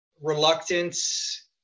Reluctance